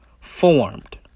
formed